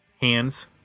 hands